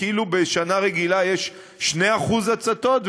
כאילו בשנה רגילה יש 2% הצתות,